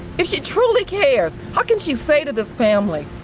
if she truly cares, how can she say to this family,